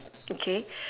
okay